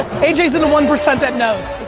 aj's in the one percent that knows.